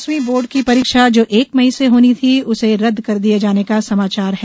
दसवीं बोर्ड की परीक्षा जो एक मई से होनी थी उन्हें रदद किये जाने का समाचार है